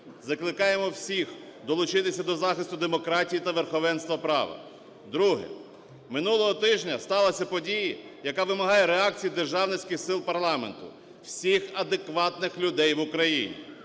Закликаємо всіх долучитися до захисту демократії та верховенства права. Друге. Минулого тижня сталася подія, яка вимагає реакції державницьких сил парламенту, всіх адекватних людей в Україні.